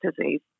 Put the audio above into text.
disease